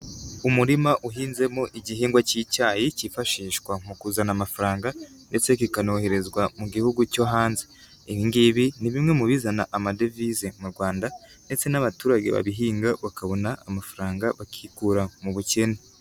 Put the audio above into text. Umurima uhinzemo igihingwa cy'icyayi cyifashishwa mu kuzana amafaranga ndetse kikanoherezwa mu gihugu cyo hanze, ibi ngibi ni bimwe mu bizana amadevize mu Rwanda ndetse n'abaturage babihinga bakabona amafaranga bakikura mu bukene.